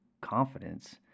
confidence